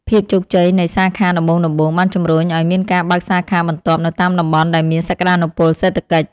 ភាពជោគជ័យនៃសាខាដំបូងៗបានជំរុញឱ្យមានការបើកសាខាបន្ទាប់នៅតាមតំបន់ដែលមានសក្តានុពលសេដ្ឋកិច្ច។